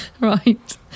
Right